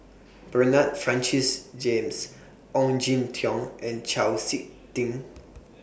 Bernard Francis James Ong Jin Teong and Chau Sik Ting